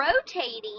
rotating